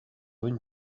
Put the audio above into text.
viņa